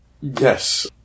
Yes